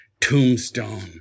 tombstone